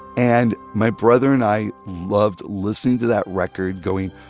and my brother and i loved listening to that record going,